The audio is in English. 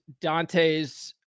Dante's